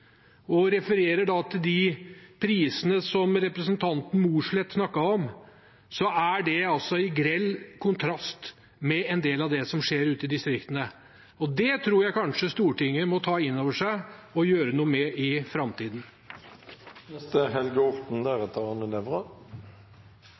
og bruke kollektivt – jeg refererer da til de prisene som representanten Mossleth snakket om – står det i grell kontrast til en del av det som skjer ute i distriktene. Det tror jeg kanskje Stortinget må ta inn over seg og gjøre noe med i